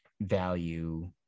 value